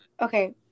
Okay